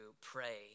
pray